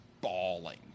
bawling